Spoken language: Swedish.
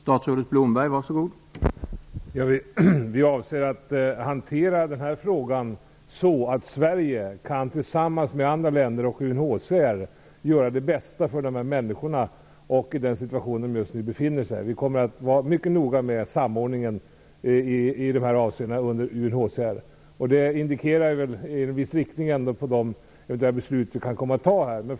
Herr talman! Vi avser att hantera den här frågan så att Sverige tillsammans med andra länder och UNHCR kan göra det bästa för de här människorna i den situation de just nu befinner sig. Vi kommer att vara mycket noga med samordningen under UNHCR i de här avseendena. Det indikerar väl ändå en viss riktning på de beslut vi kan komma att fatta.